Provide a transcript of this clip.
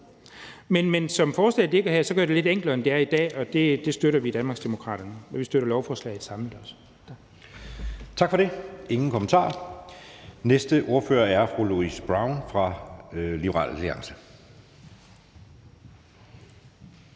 Men som forslaget ligger her, gør det det lidt enklere, end det er i dag, og det støtter vi i Danmarksdemokraterne; vi støtter lovforslaget samlet